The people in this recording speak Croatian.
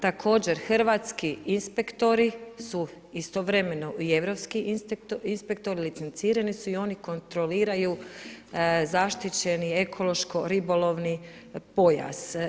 Također hrvatski inspektori su i istovremeno i europski inspektori licencirani su i oni kontroliraju zaštićeni ekološko-ribolovni pojas.